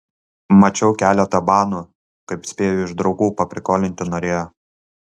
mačiau keletą banų kaip spėju iš draugų paprikolinti norėjo